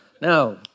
No